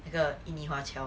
the 印尼华侨